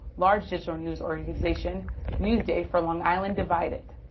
large digital news organization newsday for long island divided.